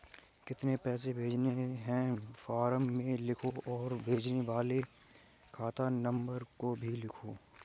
कितने पैसे भेजने हैं फॉर्म में लिखो और भेजने वाले खाता नंबर को भी लिखो